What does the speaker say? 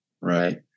right